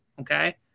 okay